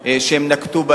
שהם נקטו.